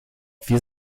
wir